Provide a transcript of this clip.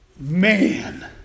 Man